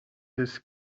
his